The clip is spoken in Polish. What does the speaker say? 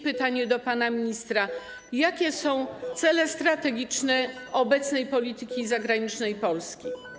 Pytanie do pana ministra: Jakie są cele strategiczne obecnej polityki zagranicznej Polski?